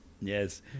Yes